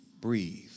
Breathe